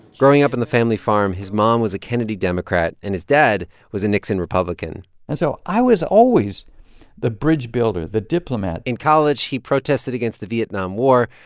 growing up on and the family farm, his mom was a kennedy democrat. and his dad was a nixon republican and so i was always the bridge-builder, the diplomat in college, he protested against the vietnam war,